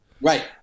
Right